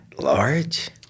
large